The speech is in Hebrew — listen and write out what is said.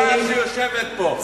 זה בושה שהיא יושבת פה.